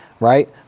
right